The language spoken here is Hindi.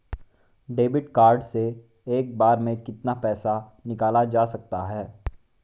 डेबिट कार्ड से एक बार में कितना पैसा निकाला जा सकता है?